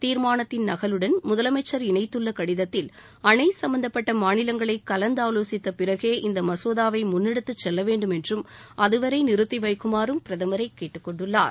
தீர்மானத்தின் நகலுடன் முதலமைச்சர் இணைத்துள்ள கடிதத்தில் அணை சம்பந்தப்பட்ட மாநிலங்களை கலந்தாவோசித்த பிறகே இந்த மசோதாவை முன்ளெடுத்து செல்ல வேன்டும் என்றும் அதுவரை நிறுத்தி வைக்குமாறும் பிரதமரை கேட்டுக்கொண்டுள்ளார்